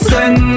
Send